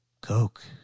Coke